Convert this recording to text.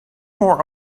more